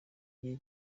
igihe